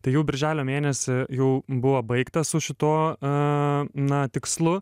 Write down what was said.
tai jau birželio mėnesį jau buvo baigta su šituo a na tikslu